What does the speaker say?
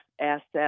Asset